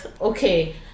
okay